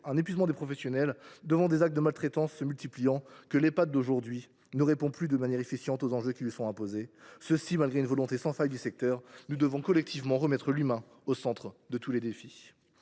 l’épuisement des professionnels, face aux actes de maltraitance qui se multiplient, l’Ehpad d’aujourd’hui ne répond plus de manière efficiente aux enjeux qui lui sont imposés, malgré une volonté sans faille du secteur. Nous devons collectivement remettre l’humain au centre de tous les défis.